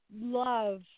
love